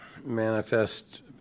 manifest